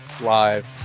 live